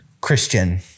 Christian